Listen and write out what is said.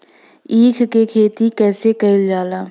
ईख क खेती कइसे कइल जाला?